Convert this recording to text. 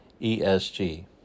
ESG